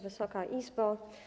Wysoka Izbo!